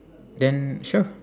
then sure